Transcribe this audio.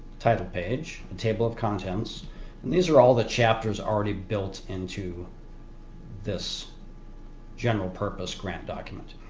title page, a table of contents and these are all the chapters already built into this general purpose grant document.